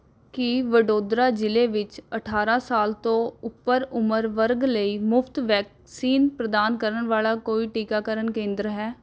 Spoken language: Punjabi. ਕੀ ਵਡੋਦਰਾ ਜ਼ਿਲ੍ਹੇ ਵਿੱਚ ਅਠਾਰਾਂ ਸਾਲ ਤੋਂ ਉੱਪਰ ਉਮਰ ਵਰਗ ਲਈ ਮੁਫ਼ਤ ਵੈਕਸੀਨ ਪ੍ਰਦਾਨ ਕਰਨ ਵਾਲਾ ਕੋਈ ਟੀਕਾਕਰਨ ਕੇਂਦਰ ਹੈ